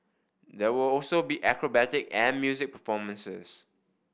there will also be acrobatic and music performances